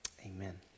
Amen